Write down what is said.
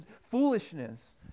foolishness